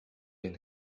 been